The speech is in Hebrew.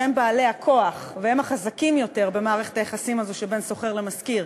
שהם בעלי הכוח והם החזקים יותר במערכת היחסים הזו שבין שוכר למשכיר,